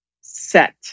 set